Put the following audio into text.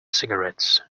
cigarettes